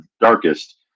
darkest